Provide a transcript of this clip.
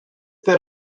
that